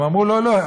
הם אמרו: לא לא,